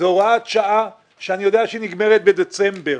זו הוראת שעה שאני יודע שהיא מסתיימת בדצמבר.